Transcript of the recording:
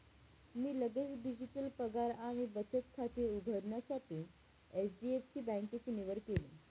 मी लगेच डिजिटल पगार आणि बचत खाते उघडण्यासाठी एच.डी.एफ.सी बँकेची निवड केली